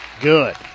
Good